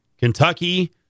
Kentucky